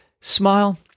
smile